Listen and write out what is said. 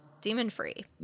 demon-free